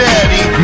Daddy